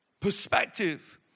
perspective